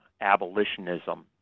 abolitionism